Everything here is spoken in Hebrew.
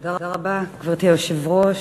תודה רבה, גברתי היושבת-ראש.